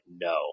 no